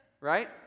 right